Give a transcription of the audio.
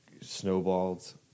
snowballed